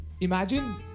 imagine